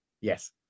Yes